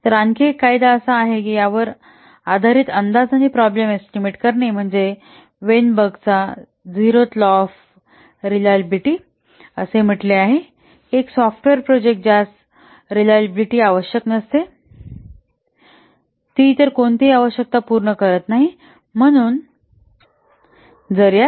तर आणखी एक कायदा असा आहे की यावर आधारित अंदाज आणि प्रॉब्लेम एस्टीमेट करणे म्हणजे वेनबर्गचा Weinberg's zeroth law of reliability असे म्हटले आहे की एक सॉफ्टवेअर प्रोजेक्ट ज्यास रेलिएबिलिटी आवश्यक नसते ती इतर कोणतीही आवश्यकता पूर्ण करू शकते